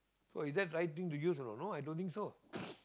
so is that right thing to use a not no i don't think so